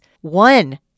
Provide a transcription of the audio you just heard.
one